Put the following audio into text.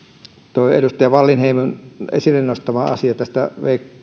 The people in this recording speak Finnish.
edustaja wallinheimon esille nostama asia